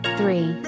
three